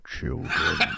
children